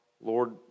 Lord